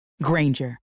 Granger